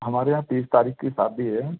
हमारे यहाँ तीस तारीख़ की शादी है